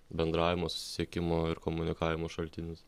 bendravimo susisiekimo ir komunikavimo šaltinis